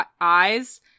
eyes